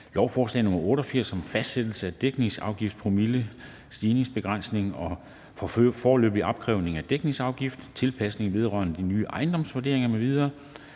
skatteforvaltningsloven. (Fastsættelse af dækningsafgiftspromiller, stigningsbegrænsning for foreløbig opkrævning af dækningsafgift, tilpasninger vedrørende de nye ejendomsvurderinger m.v.))